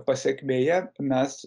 pasekmėje mes